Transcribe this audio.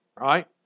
right